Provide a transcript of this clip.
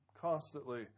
constantly